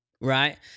right